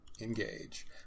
engage